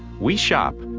we shop,